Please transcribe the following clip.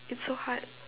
it's so hard